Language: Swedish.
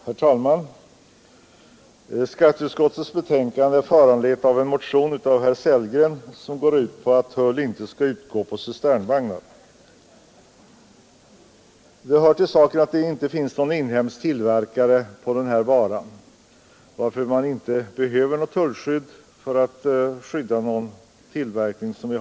Herr talman! Skatteutskottets betänkande nr 45 är föranlett av en motion av herr Sellgren, som hemställer att tull inte skall utgå för cisternvagnar. Det hör till saken att vi inte har någon inhemsk tillverkare av den varan, varför det inte behövs något tullskydd.